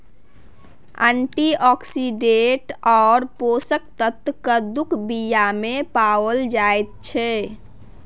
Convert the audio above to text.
antioxidant आओर पोषक तत्व कद्दूक बीयामे पाओल जाइत छै